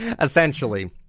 essentially